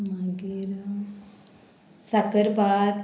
मागीर साकरभात